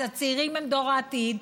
אז הצעירים הם דור העתיד,